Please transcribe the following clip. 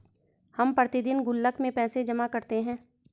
हम प्रतिदिन गुल्लक में पैसे जमा करते है